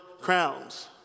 crowns